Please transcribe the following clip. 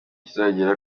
kizagera